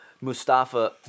Mustafa